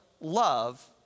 love